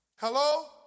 Hello